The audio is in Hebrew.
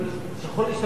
חס וחלילה,